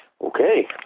Okay